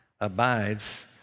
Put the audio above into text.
abides